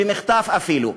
במכתב אפילו?